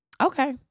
Okay